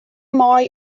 mei